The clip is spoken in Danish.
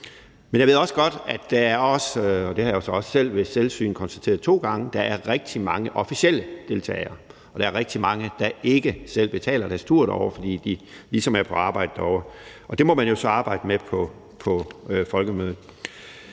deltagere, og der er rigtig mange, der ikke selv betaler deres tur derover, fordi de ligesom er på arbejde derovre, og det må man jo så arbejde med på Folkemødet